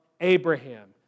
Abraham